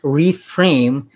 reframe